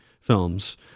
films